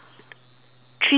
three six nine